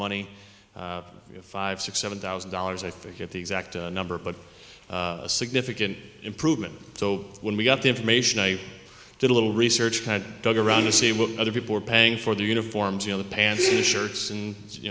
money five six seven thousand dollars i forget the exact number but significant improvement so when we got the information i did a little research had dug around to see what other people were paying for the uniforms you know the panty shirts and you